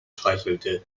streichelte